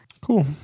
Cool